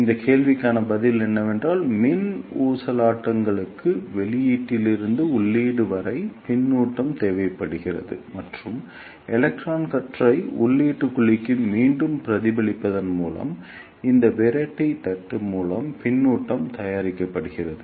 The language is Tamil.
இந்த கேள்விக்கான பதில் என்னவென்றால் மின் ஊசலாட்டங்களுக்கு வெளியீட்டிலிருந்து உள்ளீடு வரை பின்னூட்டம் தேவைப்படுகிறது மற்றும் எலக்ட்ரான் கற்றை உள்ளீட்டு குழிக்கு மீண்டும் பிரதிபலிப்பதன் மூலம் இந்த விரட்டி தட்டு மூலம் பின்னூட்டம் தயாரிக்கப்படுகிறது